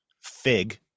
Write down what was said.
fig